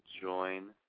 join